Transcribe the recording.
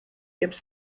gips